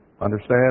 Understand